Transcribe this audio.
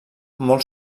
molt